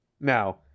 Now